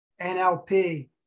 NLP